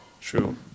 True